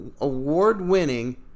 award-winning